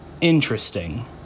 interesting